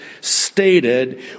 stated